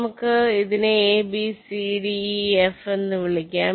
നമുക്ക് ഇതിനെ A B C D E F എന്ന് വിളിക്കാം